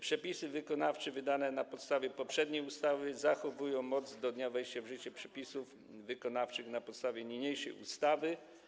Przepisy wykonawcze wydane na podstawie poprzedniej ustawy zachowują moc do dnia wejścia w życie przepisów wykonawczych na podstawie niniejszej ustawy.